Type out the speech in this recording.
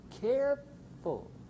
careful